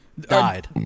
died